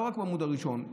לא רק בעמוד הראשון,